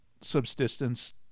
subsistence